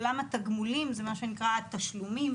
עולם התגמולים זה מה שנקרא "התשלומים",